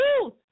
truth